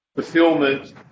Fulfillment